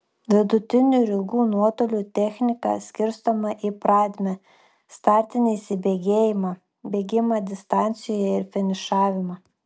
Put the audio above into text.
vidutinių ir ilgų nuotolių technika skirstoma į pradmę startinį įsibėgėjimą bėgimą distancijoje ir finišavimą